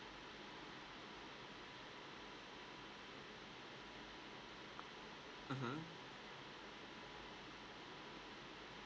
mmhmm